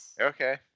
Okay